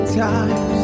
times